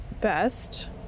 best